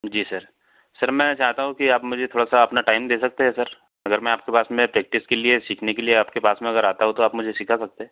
जी sir sir मैं चाहता हूँ कि आप मुझे थोड़ा सा अपना टाइम दे सकते हैं सर अगर मैं आपके पास में प्रेक्टिस के लिए सीखने के लिए आप के पास मैं अगर आता हूँ तो आप मुझे सिखा सकते हैं